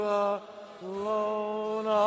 alone